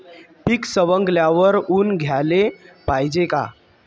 पीक सवंगल्यावर ऊन द्याले पायजे का?